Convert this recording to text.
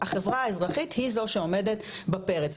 החברה האזרחית היא זו שעומדת בפרץ,